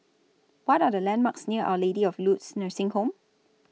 What Are The landmarks near Our Lady of Lourdes Nursing Home